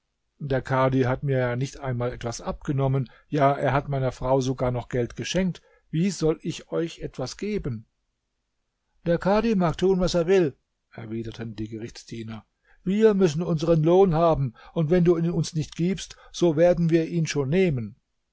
der kadhi hat mir ja nicht einmal etwas abgenommen ja er hat meiner frau sogar noch geld geschenkt wie soll ich euch etwas geben der kadhi mag tun was er will erwiderten die gerichtsdiener wir müssen unseren lohn haben und wenn du ihn uns nicht gibst so werden wir ihn schon nehmen